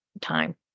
time